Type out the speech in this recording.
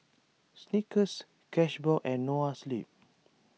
Snickers Cashbox and Noa Sleep